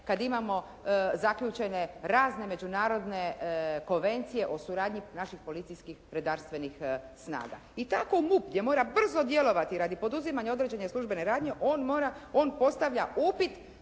kada imamo zaključene razne međunarodne konvencije o suradnji naših policijskih redarstvenih snaga. I tako MUP gdje mora brzo djelovati radi poduzimanja određene službene radnje, on mora, on postavlja upit